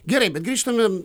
gerai bet grįžtame